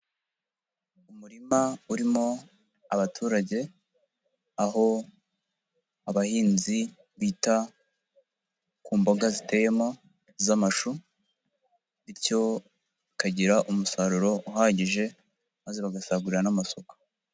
Umurima urimo abaturage, aho abahinzi bita ku mboga ziteyemo z'amashu, bityo bakagira umusaruro uhagije maze bagasagurira n'amasoko.